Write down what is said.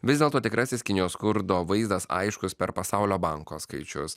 vis dėlto tikrasis kinijos skurdo vaizdas aiškus per pasaulio banko skaičius